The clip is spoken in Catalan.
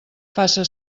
faça